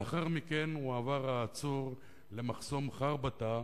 לאחר מכן הועבר העצור למחסום חרבתה,